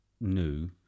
new